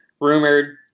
rumored